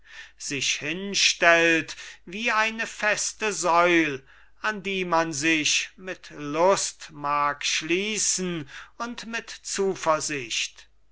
sich hinstellt wie eine feste säul an die man sich mit lust mag schließen und mit zuversicht